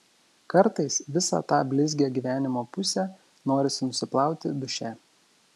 kartais visą tą blizgią gyvenimo pusę norisi nusiplauti duše